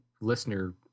listener